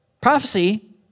Prophecy